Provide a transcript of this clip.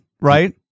right